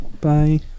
bye